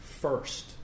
first